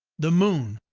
the moon,